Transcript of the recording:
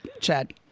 Chad